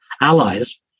allies